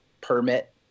permit